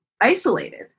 isolated